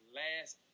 last